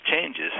changes